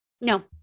No